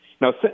Now